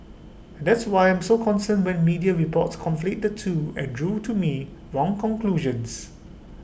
that's why I'm so concerned when media reports conflate the two and drew to me wrong conclusions